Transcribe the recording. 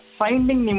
finding